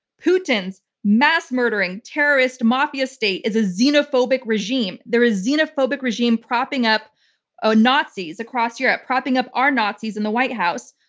putin's mass murdering, terrorist mafia state is a xenophobic regime. they're a xenophobic regime propping up ah nazis across europe, propping up our nazis in the white house.